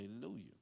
Hallelujah